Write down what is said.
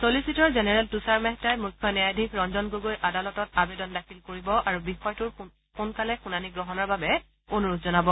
চলিচিটৰ জেনেৰেল তৃষাৰ মেহতাই মুখ্য ন্যায়াধীশ ৰঞ্জন গগৈৰ আদালতত আৱেদন দাখিল কৰিব আৰু বিষয়টোৰ সোনকালে শুনানি গ্ৰহণৰ বাবে অনুৰোধ জনাব